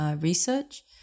research